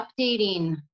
updating